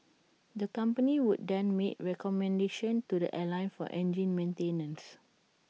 the company would then make recommendations to the airline for engine maintenance